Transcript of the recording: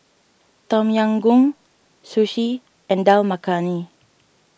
Tom Yam Goong Sushi and Dal Makhani